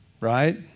right